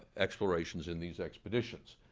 explorations in these expeditions.